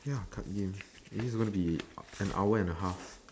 ya card games is this gonna be an hour and a half